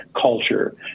culture